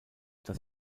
dass